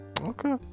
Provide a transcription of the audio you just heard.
Okay